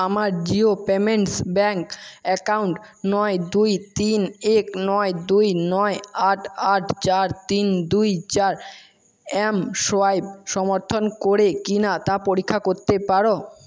আমার Jio payments bank account নয় দুই তিন এক নয় দুই নয় আট আট চার তিন দুই চার এমসোয়াইপ সমর্থন করে কি না তা পরীক্ষা করতে পারো